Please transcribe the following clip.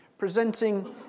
Presenting